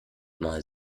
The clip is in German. mal